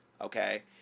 okay